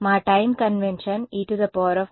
కాబట్టి మా time convention e−jωt